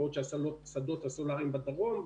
בעוד שהשדות הסולאריים הם בדרום,